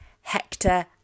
Hector